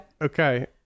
Okay